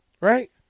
Right